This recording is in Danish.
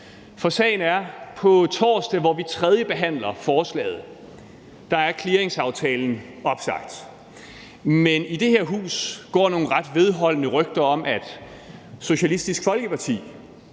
For sagen er, at på torsdag, hvor vi tredjebehandler forslaget, er clearingaftalen opsagt, men i det her hus går der nogle ret vedholdende rygter om, at Socialistisk Folkeparti